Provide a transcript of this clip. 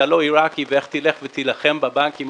אתה לא עירקי ואיך תלך ותילחם בבנקים,